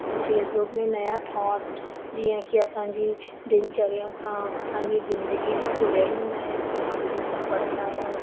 ऐं फेसबुक में नया थॉर्ट जीअं की असांजी दिनचर्या सां असांजी ज़िंदगी सां जुड़ियल हूंदा आहिनि असां उहो सभु पढ़ंदा आहियूं